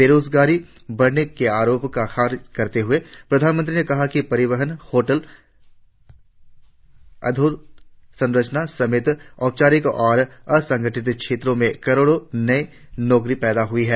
बेरोजगारी बढ़ने के आरोपों को खारिज करते हुए प्रधानमंत्री ने कहा कि परिवहन होटल अधोसंरचना समेत औपचारिक और असंगठित क्षेत्रों में करोड़ों नई नौकरियां पैदा हुई हैं